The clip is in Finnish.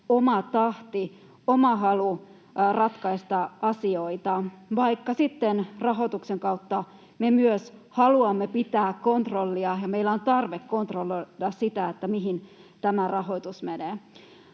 oma tahti, oma halu ratkaista asioita, vaikka sitten rahoituksen kautta me myös haluamme pitää kontrollia ja meillä on tarve kontrolloida sitä, mihin tämä rahoitus menee.